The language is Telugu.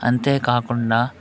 అంతేకాకుండా